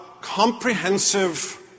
comprehensive